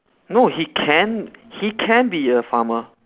no he can he can be a farmer